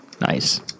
Nice